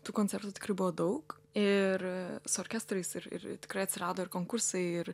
tų koncertų tikrai buvo daug ir su orkestrais ir ir tikrai atsirado ir konkursai ir